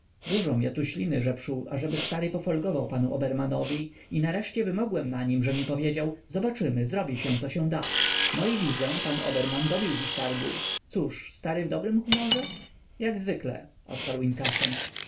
dużom ja tu śliny żepszuł ażeby stary pofolgował panu obermanowi i nareszcie wymogłem na nim że mi powiedział zobaczymy zrobi się co się da no i widzę pan oberman dobił dziś targu cóż stary w dobrym humorze jak zwykle odparł inkasent